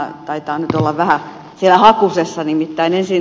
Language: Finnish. se taitaa nyt olla vähän siellä hakusessa